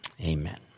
Amen